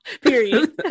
period